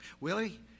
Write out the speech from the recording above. Willie